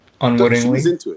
Unwittingly